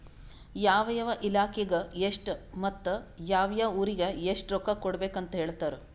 ಯಾವ ಯಾವ ಇಲಾಖೆಗ ಎಷ್ಟ ಮತ್ತ ಯಾವ್ ಯಾವ್ ಊರಿಗ್ ಎಷ್ಟ ರೊಕ್ಕಾ ಕೊಡ್ಬೇಕ್ ಅಂತ್ ಹೇಳ್ತಾರ್